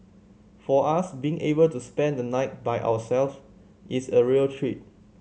for us being able to spend the night by ourself is a real treat